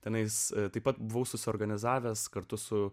tenais taip pat buvau susiorganizavęs kartu su